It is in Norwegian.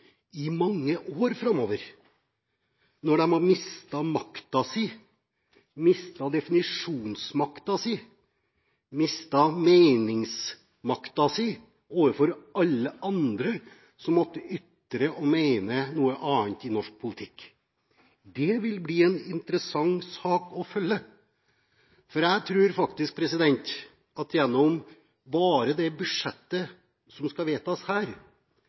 i mange år framover når de nå har mistet makten sin, mistet definisjonsmakten sin, mistet meningsmakten sin overfor alle andre som måtte ytre og mene noe annet i norsk politikk. Det vil bli en interessant sak å følge. For jeg tror faktisk at bare gjennom det budsjettet som skal vedtas her,